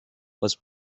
was